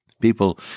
People